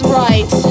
right